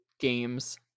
Games